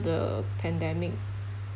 the pandemic